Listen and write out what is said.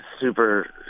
super